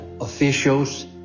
officials